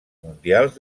mundials